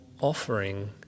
offering